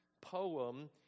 poem